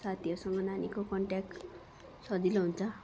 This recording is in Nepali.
साथीहरूसँग नानीको कन्ट्याक्ट सजिलो हुन्छ